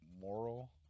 moral